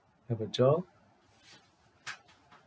have a job